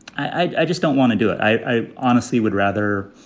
i just don't want to do it. i honestly would rather.